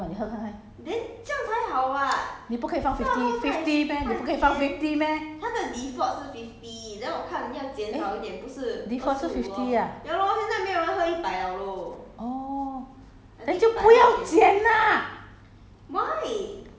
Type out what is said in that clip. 你的 sugar 是 twenty five 还是 twenty five 很很淡 leh 你知道吗你喝喝看你不可以放 fifty fifty meh 你不可以放 fifty meh eh default 是 fifty ah orh